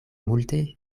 multe